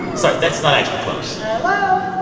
sorry. that's not actually close hello